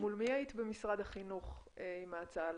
מול מי היית במשרד החינוך עם ההצעה לתוכנית?